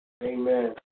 Amen